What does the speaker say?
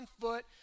foot